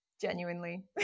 Genuinely